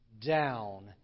down